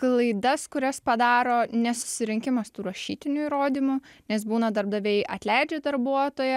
klaidas kurias padaro nesusirinkimas tų rašytinių įrodymų nes būna darbdaviai atleidžia darbuotoją